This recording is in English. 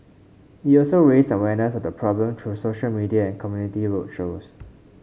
it also raised awareness of the problem through social media and community road shows